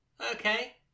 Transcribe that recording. Okay